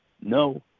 no